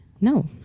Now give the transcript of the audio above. No